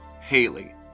Haley